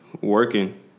working